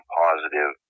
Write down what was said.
positive